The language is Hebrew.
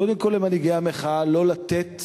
קודם כול למנהיגי המחאה, לא לתת